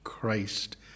Christ